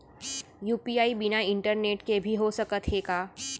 UPI बिना internet के भी हो सकत हे का?